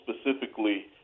specifically